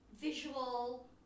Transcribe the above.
visual